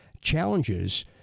challenges